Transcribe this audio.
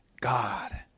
God